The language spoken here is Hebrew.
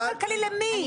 לא כלכלי למי?